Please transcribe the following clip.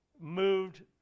moved